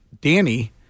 danny